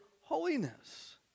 holiness